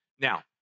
Now